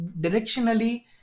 directionally